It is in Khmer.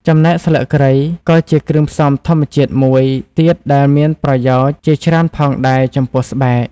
ចំណែកស្លឹកគ្រៃក៏ជាគ្រឿងផ្សំធម្មជាតិមួយទៀតដែលមានប្រយោជន៍ជាច្រើនផងដែរចំពោះស្បែក។